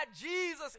Jesus